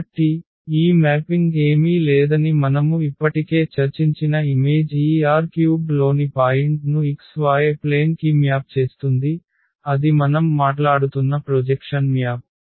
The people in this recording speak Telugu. కాబట్టి ఈ మ్యాపింగ్ ఏమీ లేదని మనము ఇప్పటికే చర్చించిన ఇమేజ్ ఈ R³ లోని పాయింట్ను xy ప్లేన్ కి మ్యాప్ చేస్తుంది అది మనం మాట్లాడుతున్న ప్రొజెక్షన్ మ్యాప్